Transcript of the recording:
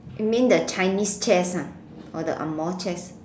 you mean the Chinese chess ah or the angmoh chess